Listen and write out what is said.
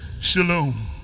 Shalom